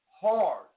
hard